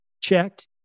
checked